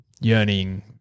Yearning